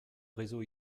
réseau